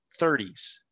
30s